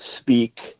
speak